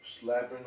slapping